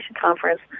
conference